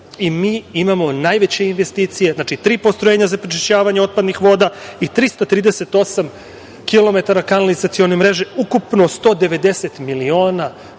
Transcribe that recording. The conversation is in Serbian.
i mi imamo najveće investicije, znači, tri postrojenja za prečišćavanje otpadnih voda i 338 kilometara kanalizacione mreže, ukupno 190 miliona